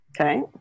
Okay